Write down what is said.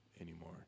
anymore